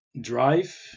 drive